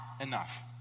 enough